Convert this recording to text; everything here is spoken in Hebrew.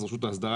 אז רשות ההסדרה,